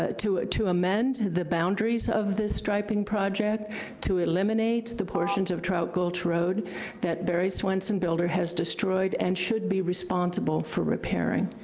ah, to to amend the boundaries of this striping project to eliminate the portions trout gulch road that barry swinson builder has destroyed, and should be responsible for repairing,